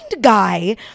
guy